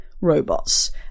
robots